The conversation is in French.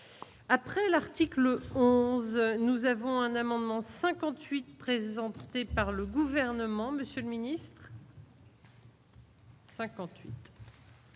après l'Artic. Le 11 nous avons un amendement 58 présenté par le gouvernement Monsieur le ministre.